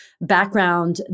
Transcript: background